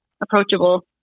approachable